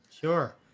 Sure